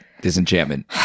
disenchantment